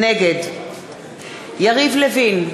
נגד יריב לוין,